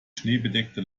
schneebedeckte